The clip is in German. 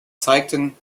zeigten